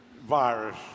virus